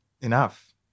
enough